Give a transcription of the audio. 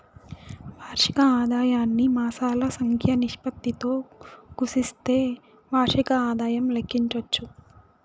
వార్షిక ఆదాయాన్ని మాసాల సంఖ్య నిష్పత్తితో గుస్తిస్తే వార్షిక ఆదాయం లెక్కించచ్చు